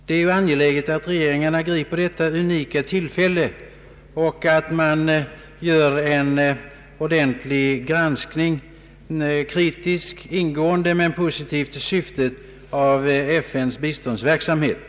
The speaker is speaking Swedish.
Det är angeläget att regeringarna griper detta unika tillfälle och att man gör en ordentlig granskning — kritisk och ingående men positiv till syftet — av FN:s biståndsverksamhet.